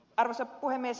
arvoisa puhemies